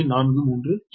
43 KV